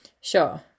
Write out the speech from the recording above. sure